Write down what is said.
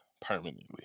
permanently